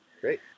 Great